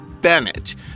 Bennett